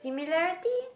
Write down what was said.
similarity